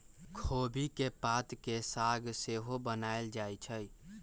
खोबि के पात के साग सेहो बनायल जाइ छइ